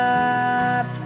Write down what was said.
up